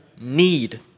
need